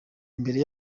imbere